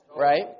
Right